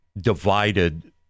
divided